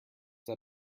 that